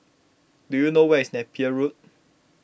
do you know where is Napier Road